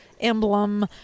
emblem